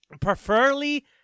preferably